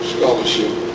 Scholarship